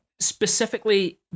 Specifically